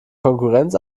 konkurrenz